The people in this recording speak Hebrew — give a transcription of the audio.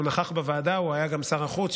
שכשהוא נכח בוועדה הוא גם היה שר החוץ,